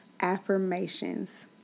affirmations